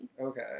okay